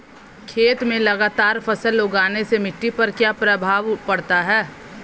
खेत में लगातार फसल उगाने से मिट्टी पर क्या प्रभाव पड़ता है?